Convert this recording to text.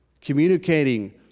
communicating